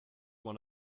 one